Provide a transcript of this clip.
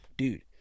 Dude